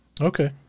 okay